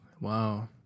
Wow